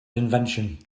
invention